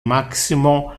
maximo